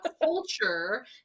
culture